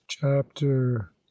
chapter